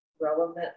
relevant